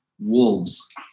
wolves